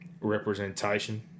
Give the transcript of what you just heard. representation